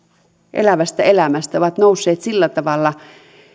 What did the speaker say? elävästä elämästä ovat nousseet sillä tavalla